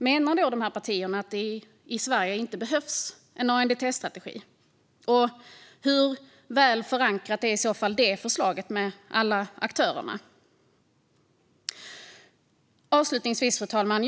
Menar dessa partier att det inte behövs en ANDTS-strategi i Sverige? Hur väl förankrat är i så fall det förslaget hos aktörerna? Fru talman!